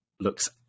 looks